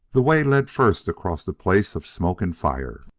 the way led first across the place of smoke and fire.